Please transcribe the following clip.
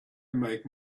make